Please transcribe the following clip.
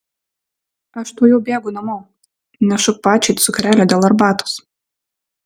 aš tuojau bėgu namo nešu pačiai cukrelio dėl arbatos